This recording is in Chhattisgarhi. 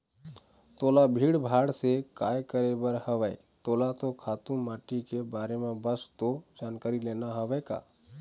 तोला भीड़ भाड़ से काय करे बर हवय तोला तो खातू माटी के बारे म बस तो जानकारी लेना हवय का